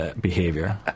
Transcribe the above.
behavior